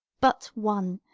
but one,